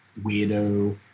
weirdo